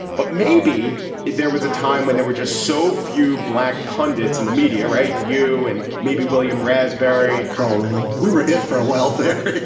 but maybe there was a time when there were just so few black pundits in the media, right? you and maybe william raspberry, carl rowan we were it for a while there,